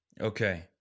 Okay